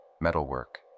metalwork